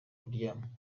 kuryama